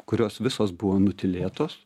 kurios visos buvo nutylėtos